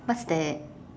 what's that